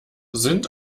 sind